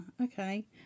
okay